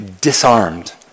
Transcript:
disarmed